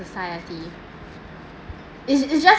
society is is just